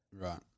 Right